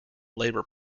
labor